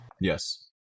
Yes